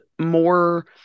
more